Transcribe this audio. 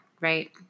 right